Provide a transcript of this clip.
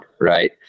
right